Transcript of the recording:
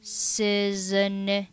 season